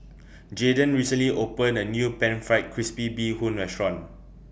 Jaydan recently opened A New Pan Fried Crispy Bee Hoon Restaurant